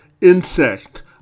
insect